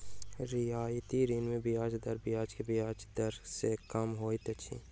रियायती ऋण मे ब्याज दर बाजार के ब्याज दर सॅ कम होइत अछि